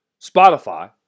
Spotify